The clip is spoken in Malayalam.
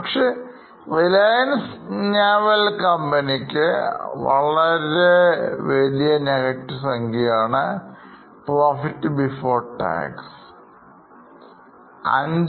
പക്ഷേ Reliance Naval കമ്പനിക്ക് വളരെ വലിയനെഗറ്റീവ് സംഖ്യയാണ് profit before tax